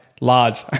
large